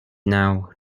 now